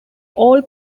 all